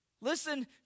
Listen